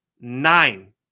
nine